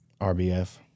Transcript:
RBF